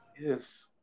Yes